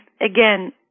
again